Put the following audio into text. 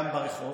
גם ברחוב